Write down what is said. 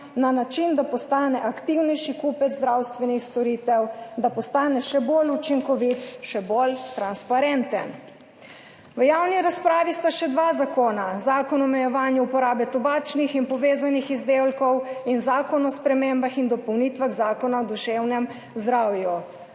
na način, da postane aktivnejši kupec zdravstvenih storitev, da postane še bolj učinkovit, še bolj transparenten. V javni razpravi sta še dva zakona, zakon o omejevanju uporabe tobačnih in povezanih izdelkov in zakon o spremembah in dopolnitvah Zakona o duševnem zdravju.